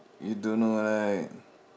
you don't know right